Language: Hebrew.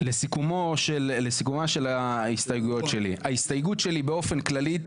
לסיכומה של ההסתייגות שלי ההסתייגות שלי באופן כללי,